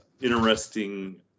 interesting